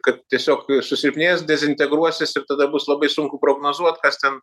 kad tiesiog susilpnės dezintegruosis ir tada bus labai sunku prognozuot kas ten